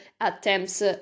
attempts